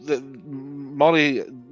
Molly